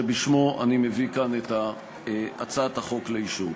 שבשמו אני מביא כאן את הצעת החוק לאישור.